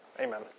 Amen